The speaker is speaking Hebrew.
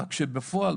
רק שבפועל,